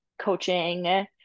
coaching